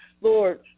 Lord